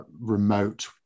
remote